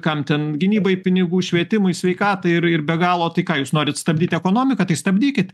kam ten gynybai pinigų švietimui sveikatai ir be galo tai ką jūs norit stabdyti ekonomiką tai stabdykit